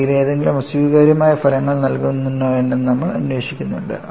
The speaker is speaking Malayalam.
അവയിലേതെങ്കിലും അസ്വീകാര്യമായ ഫലങ്ങൾ നൽകുന്നുണ്ടോ എന്ന് നമ്മൾ അന്വേഷിക്കേണ്ടതുണ്ട്